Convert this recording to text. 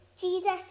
Jesus